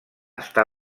està